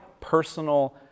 personal